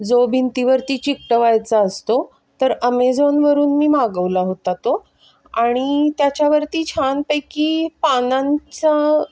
जो भिंतीवरती चिकटवायचा असतो तर अमेझॉनवरून मी मागवला होता तो आणि त्याच्यावरती छान पैकी पानांचा